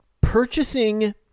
purchasing